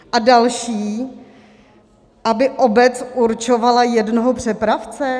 A další, aby obec určovala jednoho přepravce.